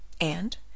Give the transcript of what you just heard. and